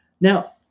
Now